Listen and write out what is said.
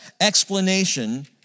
explanation